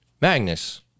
Magnus